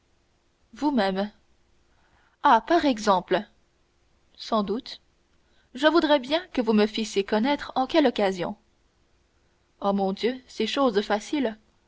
vous-même ah par exemple sans doute je voudrais bien que vous me fissiez connaître en quelle occasion oh mon dieu c'est chose facile